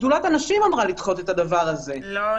שדולת הנשים אמרה לדחות את הדבר הזה -- היא לא נשמעה כאן.